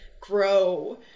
grow